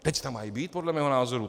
Teď tam mají být podle mého názoru.